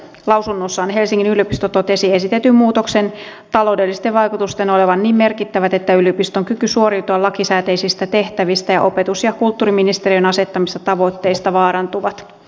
lausunnossaan helsingin yliopisto totesi esitetyn muutoksen taloudellisten vaikutusten olevan niin merkittävät että yliopiston kyky suoriutua lakisääteisistä tehtävistä ja opetus ja kulttuuriministeriön asettamista tavoitteista vaarantuvat